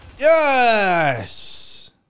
yes